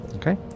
Okay